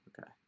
Okay